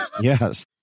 Yes